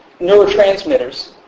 neurotransmitters